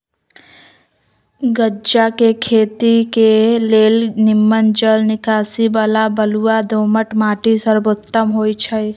गञजा के खेती के लेल निम्मन जल निकासी बला बलुआ दोमट माटि सर्वोत्तम होइ छइ